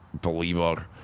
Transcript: believer